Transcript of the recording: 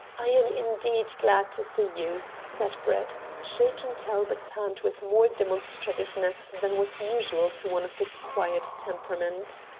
i am indeed glad to see you, said brett, shaking talbot's hand with more demonstrativeness than was usual to one of his quiet temperament.